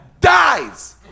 dies